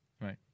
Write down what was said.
Right